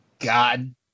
God